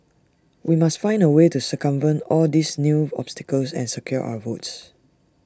we must find A way to circumvent all these new obstacles and secure our votes